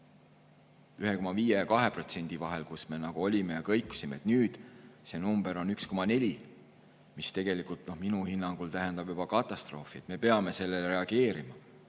1,5 ja 2 vahel, kus me olime ja kõikusime. Nüüd see number on 1,4, mis tegelikult minu hinnangul tähendab juba katastroofi. Me peame sellele reageerima.